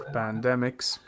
pandemics